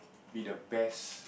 be the best